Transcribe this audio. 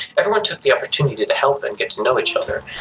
everyone took the opportunity to to help and get to know each other,